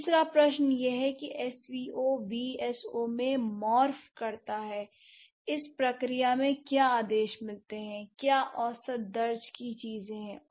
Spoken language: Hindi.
तीसरा प्रश्न यह है कि एसवीओ वीएसओ में मॉर्फ करता है इस प्रक्रिया से क्या आदेश मिलते हैं क्या औसत दर्जे की चीजें हैं